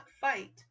fight